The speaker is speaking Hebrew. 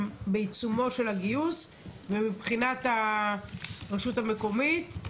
בעיצומו של הגיוס ומבחינת הרשות המקומית?